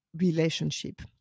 relationship